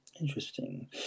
Interesting